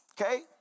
Okay